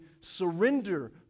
surrender